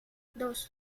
dos